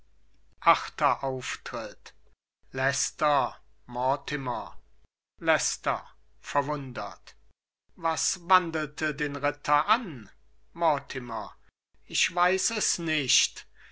ab leicester mortimer leicester verwundert was wandelte den ritter an mortimer ich weiß es nicht